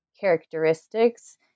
characteristics